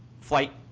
flight